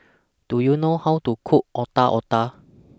Do YOU know How to Cook Otak Otak